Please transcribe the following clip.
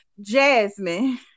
Jasmine